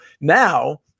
now